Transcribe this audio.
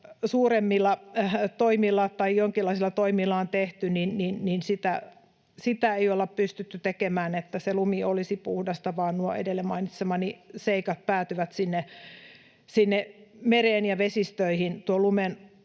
suuremmilla toimilla tai jonkinlaisilla toimilla on tehty, niin sitä ei olla pystytty tekemään niin, että se lumi olisi puhdasta, vaan nuo edellä mainitsemani seikat päätyvät sinne mereen ja vesistöihin